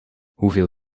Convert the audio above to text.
hoeveel